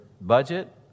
budget